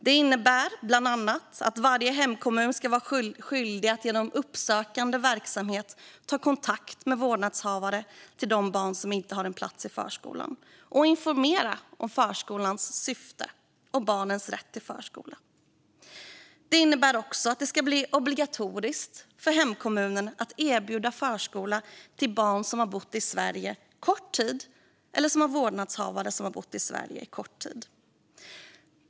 Det innebär bland annat att varje hemkommun ska vara skyldig att genom uppsökande verksamhet ta kontakt med vårdnadshavare till de barn som inte har en plats i förskolan och informera om förskolans syfte och barnens rätt till förskola. Det innebär också att det ska bli obligatoriskt för hemkommunen att erbjuda förskola till barn som har bott i Sverige kort tid eller har vårdnadshavare som har bott i Sverige kort tid.